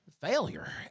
failure